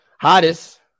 hottest